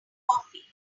coffee